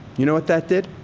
you know what that did?